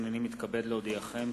הנני מתכבד להודיעכם,